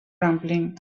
rumbling